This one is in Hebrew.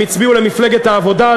הם הצביעו למפלגת העבודה,